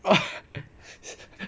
!wah!